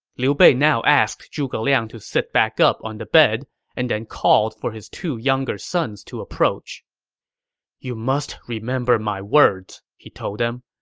liu bei now asked zhuge liang to sit back up on the bed and then called for his two younger sons to approach you must remember my words, he told them.